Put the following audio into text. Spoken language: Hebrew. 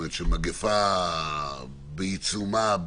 של מגפה בעיצומה,